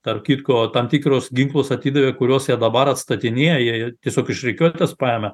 tarp kitko tam tikrus ginklus atidavė kuriuos jie dabar atstatinėja jie tiesiog iš rikiuotės paėmė